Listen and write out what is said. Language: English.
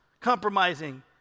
compromising